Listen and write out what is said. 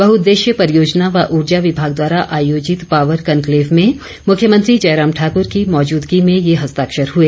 बहुउद्देशीय परियोजना व ऊर्जा विभाग द्वारा आयोजित पॉवर कन्क्लेव में मुख्यमंत्री जयराम ठाकुर की मौजूदगी में ये हस्ताक्षर हुए